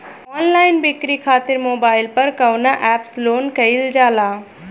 Online बिक्री खातिर mobile पर कवना एप्स लोन कईल जाला?